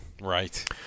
Right